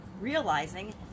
realizing